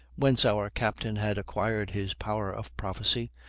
whence our captain had acquired his power of prophecy,